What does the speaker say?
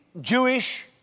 Jewish